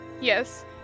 Yes